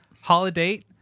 Holiday